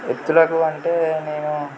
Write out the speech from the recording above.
ఎత్తులకు అంటే నేను